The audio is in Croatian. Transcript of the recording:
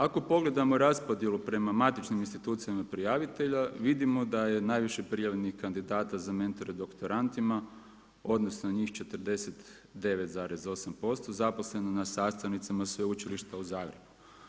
Ako pogledamo raspodjelu prema matičnim institucijama prijavitelja vidimo da je najviše prijavljenih kandidata za mentore doktorantima odnosno njih 49,8% zaposleno na sastavnicama Sveučilišta u Zagrebu.